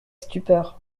stupeur